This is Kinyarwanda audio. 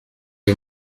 ayo